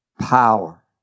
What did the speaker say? power